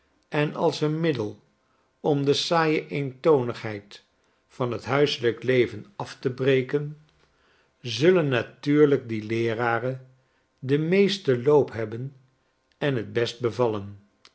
en als een middel om de saaie eentonigheid van t huiselijk leven af te breken zullen natuurlijk die leeraren den meesten loop hebben en t best bevallen